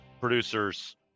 producers